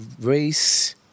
race